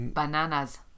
Bananas